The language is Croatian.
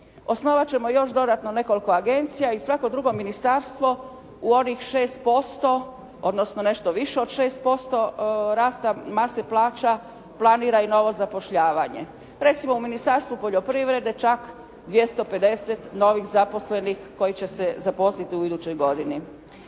osnovati ćemo još nekoliko dodatnih agencija i svako drugo ministarstvo u ovih 6%, odnosno nešto više od 6% rasta mase plaća, planira i novo zapošljavanje. Recimo u Ministarstvu poljoprivrede čak 250 novih zaposlenih koji će se zaposliti u idućoj godini.